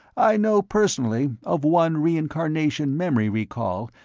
i know, personally, of one reincarnation memory-recall,